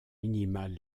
minimale